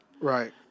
Right